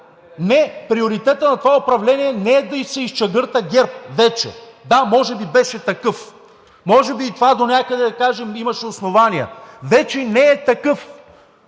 Не, приоритетът на това управление не е да се изчегърта ГЕРБ вече. Да, може би беше такъв. Може би и това донякъде, да кажем, имаше основания. Вече не е такъв.